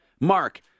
Mark